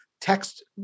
text